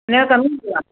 हिनजो कमु ई ॿियो आहे